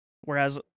whereas